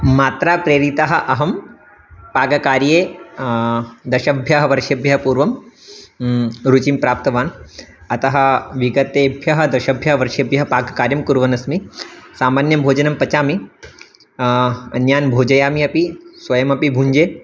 मात्रा प्रेरितः अहं पाककार्ये दशभ्यः वर्षेभ्यः पूर्वं रुचिं प्राप्तवान् अतः विगतेभ्यः दशभ्यः वर्षेभ्यः पाककार्यं कुर्वन्नस्मि सामान्यं भोजनं पचामि अन्यान् भोजयामि अपि स्वयमपि भुञ्जे